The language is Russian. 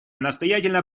настоятельно